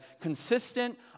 consistent